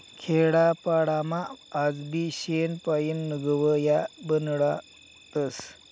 खेडापाडामा आजबी शेण पायीन गव या बनाडतस